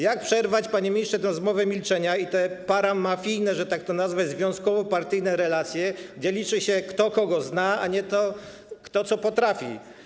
Jak przerwać, panie ministrze, tę zmowę milczenia i te paramafijne, że tak to nazwę, związkowo-partyjne relacje, w których liczy się to, kto kogo zna, a nie to, kto co potrafi?